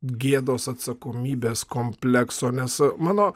gėdos atsakomybės komplekso nes mano